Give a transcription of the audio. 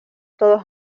todos